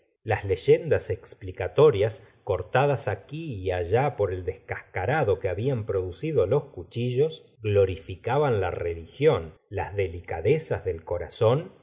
las leyendas explicatorias cortadas aquí y allá por el descascarado que habían producido los cuchillos glo la señora de bovary ríficaban la religión las delicadezas del corazón